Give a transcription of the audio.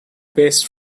best